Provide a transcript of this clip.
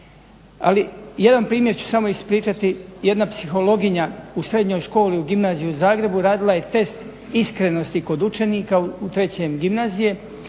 Ali jedan primjer ću samo ispričati, jedna psihologija u srednjoj školi u gimnaziji u Zagrebu radila je test iskrenosti kod učenika u trećem gimnazije